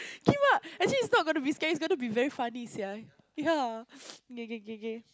kay what actually it's not going to be scary it's going to be very funny sia ya kay kay kay kay